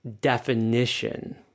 definition